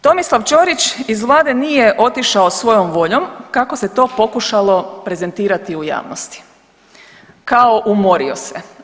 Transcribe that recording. Tomislav Ćorić iz Vlade nije otišao svojom voljom, kako se to pokušalo prezentirati u javnosti, kao, umorio se.